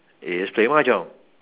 is play mahjong